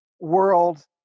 world